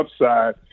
upside